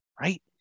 right